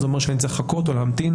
זה אומר שאני צריך לחכות או להמתין.